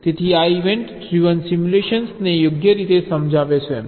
તેથી આ event driven સિમ્યુલેશનને યોગ્ય રીતે સમજાવે છે